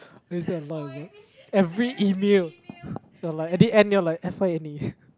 what you say a lot of email every email there was like I did add mail like F_Y_N_A